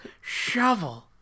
shovel